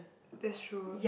that's true